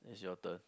it's your turn